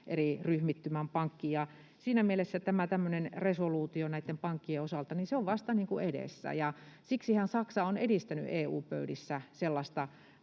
eri ryhmittymän pankki. Siinä mielessä tämä tämmöinen resoluutio näiden pankkien osalta on vasta edessä, ja siksihän Saksa on edistänyt EU-pöydissä sellaista